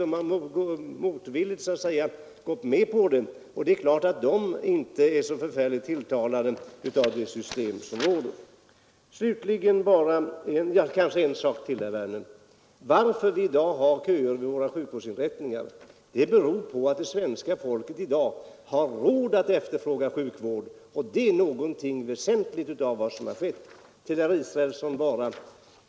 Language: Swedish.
De har motvilligt gått med på det och det är klart att de inte är så förfärligt tilltalade av det system som råder. En sak till herr Werner. Att vi har köer vid våra sjukvårdsinrättningar beror på att det svenska folket i dag har råd att efterfråga sjukvård och det är något väsentligt. Sedan vill jag vända mig till herr Israelsson.